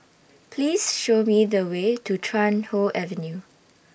Please Show Me The Way to Chuan Hoe Avenue